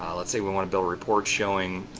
um let's say we want to build a report showing